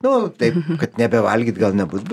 nu taip kad nebevalgyt gal nebus be